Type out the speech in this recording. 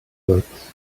books